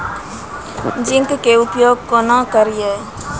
Zinc के उपयोग केना करये?